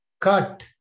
cut